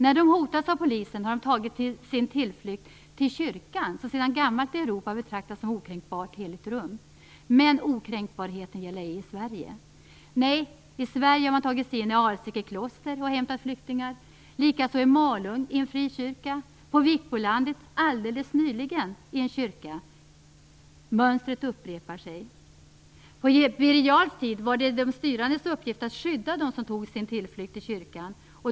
När de hotas av Polisen har de tagit sin tillflykt till kyrkan, som sedan gammalt i Europa betraktas som okränkbart, heligt rum. Men okränkbarheten gäller ej i Sverige. Nej, i Sverige har man tagit sig in i Alsike kloster och hämtat flyktingar, likaså i en frikyrka i Malung och, alldeles nyligen, i en kyrka på Vikbolandet. Mönstret upprepar sig. På Birger Jarls tid var det de styrandes uppgift att skydda dem som tog sin tillflykt till kyrkan.